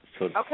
Okay